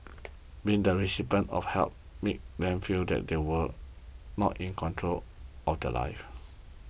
being the recipients of help made them feel they were not in control of their lives